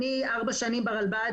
אני ארבע שנים ברלב"ד,